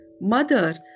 Mother